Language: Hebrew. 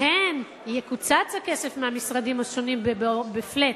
אכן יקוצץ הכסף מהמשרדים השונים ב-flat,